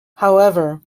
however